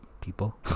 people